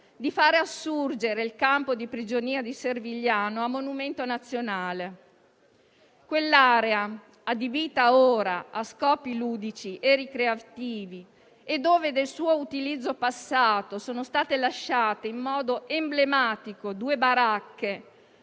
di fare assurgere il campo di prigionia di Servigliano a monumento nazionale. Quell'area, adibita ora a scopi ludici e ricreativi - del cui utilizzo passato sono state lasciate in modo emblematico due baracche,